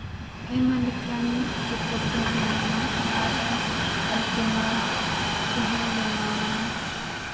ᱟᱭᱢᱟ ᱞᱮᱠᱟᱱ ᱪᱤᱛᱟᱹᱨ ᱠᱚᱹᱧ ᱵᱮᱱᱟᱣᱟ ᱟᱨ ᱟᱞᱯᱚᱱᱟ ᱛᱮᱦᱚᱸᱧ ᱵᱮᱱᱟᱣᱟ